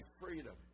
freedom